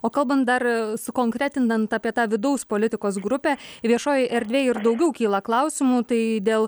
o kalbant dar sukonkretinant apie tą vidaus politikos grupę viešojoj erdvėj ir daugiau kyla klausimų tai dėl